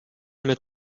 mit